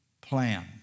plan